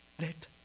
let